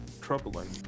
Troubling